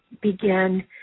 begin